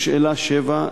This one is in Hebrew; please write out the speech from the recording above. לשאלה 7,